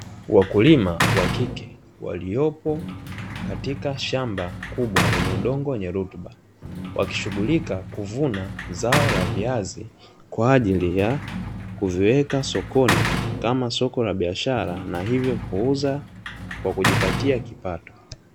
Wakulima wa kike waliopo katika shamba kuwa lenye udongo wenye rutuba wakishughulika kuvuna zao la viazi, kwa ajili ya kuviweka sokoni kama soko la biashara na hivyo kuuza kwa kujipatia kipato.